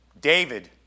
David